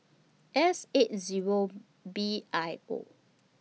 S eight Zero B I O